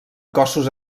cossos